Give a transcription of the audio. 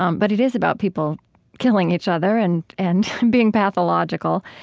um but it is about people killing each other and and being pathological.